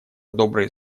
добрые